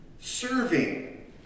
Serving